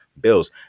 bills